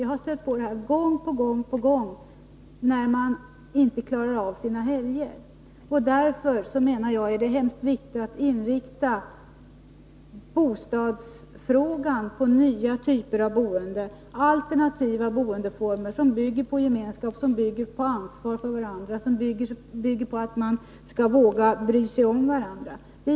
Jag har gång på gång stött på att människor inte klarar av sina helger. Därför menar jag att det är väldigt viktigt att inrikta bostadsfrågan på nya typer av boende, alternativa boendeformer som bygger på gemenskap och ansvar för varandra och på att man vågar bry sig om varandra.